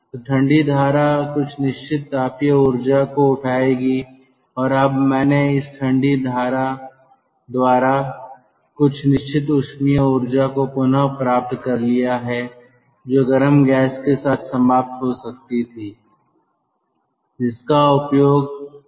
तो ठंडी धारा कुछ निश्चित तापीय ऊर्जा को उठाएगी और अब मैंने इस ठंडी धारा द्वारा कुछ निश्चित ऊष्मीय ऊर्जा को पुनः प्राप्त कर लिया है जो गर्म गैस के साथ समाप्त हो सकती थी जिसका उपयोग हम कर सकते हैं